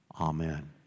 Amen